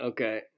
Okay